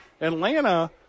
Atlanta